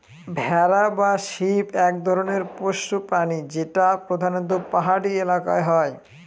ভেড়া বা শিপ এক ধরনের পোষ্য প্রাণী যেটা প্রধানত পাহাড়ি এলাকায় হয়